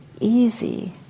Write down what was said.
easy